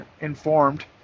informed